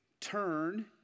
turn